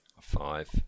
Five